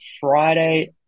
Friday